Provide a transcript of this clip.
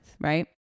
Right